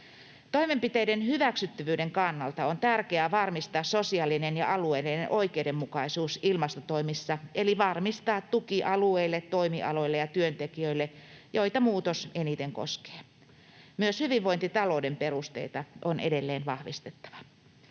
Toimenpiteiden hyväksyttävyyden kannalta on tärkeää varmistaa sosiaalinen ja alueellinen oikeudenmukaisuus ilmastotoimissa eli varmistaa tuki alueille, toimialoille ja työntekijöille, joita muutos eniten koskee. Myös hyvinvointitalouden perusteita on edelleen vahvistettava.